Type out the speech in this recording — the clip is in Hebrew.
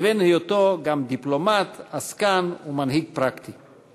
עם היותו גם דיפלומט, עסקן ומנהיג פרקטי.